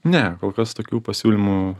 ne kol kas tokių pasiūlymų